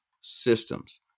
systems